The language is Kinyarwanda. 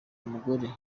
umugore